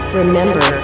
remember